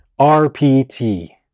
RPT